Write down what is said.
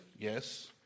Yes